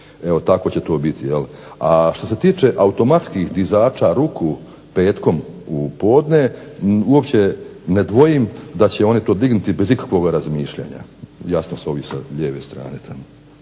evo tako će to biti. A što se tiče automatskih dizača ruku petkom u podne uopće ne dvojim da će oni to dignuti bez ikakvog razmišljanja. Jasno ovi sa lijeve strane.